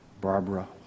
Barbara